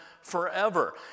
forever